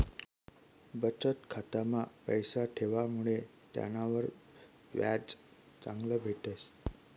बचत खाता मा पैसा ठेवामुडे त्यानावर व्याज चांगलं भेटस